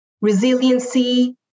resiliency